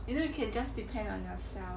you know you can just depend on yourself